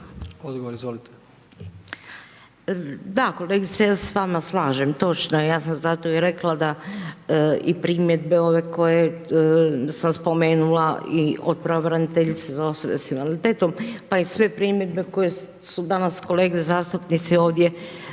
Odgovor, izvolite. **Lukačić, Ljubica (HDZ)** Da, ja se s vama slažem, točno je, ja sam zato i rekla da i primjedbe ove koje sam spomenula i od pravobraniteljice za osobe sa invaliditetom pa i sve primjedbe koje su danas kolege zastupnici ovdje